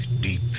deep